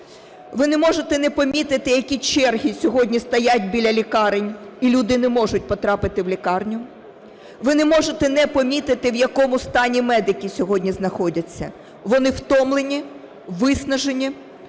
Ви не можете не помітити, які черги сьогодні стоять біля лікарень і люди не можуть потрапити в лікарню. Ви не можете не помітити, в якому стані медики сьогодні знаходяться: вони втомлені, виснажені,